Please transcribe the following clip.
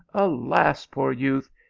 alas, poor youth,